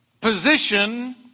Position